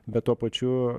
bet tuo pačiu